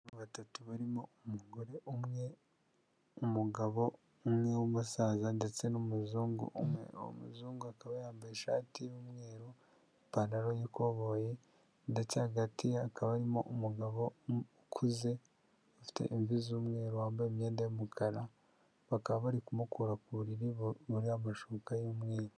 Aba batatu barimo umugore umwe, umugabo umwe w'umusaza ndetse n'umuzungu umwe, uwo muzungu akaba yambaye ishati y'umweru, ipantaro yikoboyi, ndetse hagati ye akaba arimo umugabo ukuze ufite imvi z'umweru wambaye imyenda y'umukara, bakaba bari kumukura ku buriri muri amashuka y'umweru.